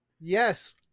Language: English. Yes